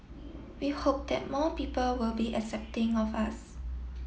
we hope that more people will be accepting of us